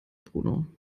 bruno